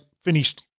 finished